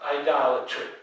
idolatry